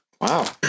Wow